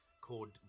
called